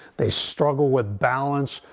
they struggle with balance,